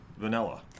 vanilla